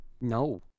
No